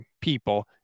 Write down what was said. people